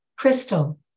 Crystal